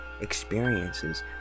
experiences